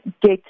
get